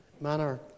manner